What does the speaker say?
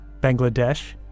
Bangladesh